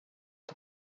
det